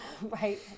Right